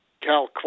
Cal